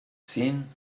thin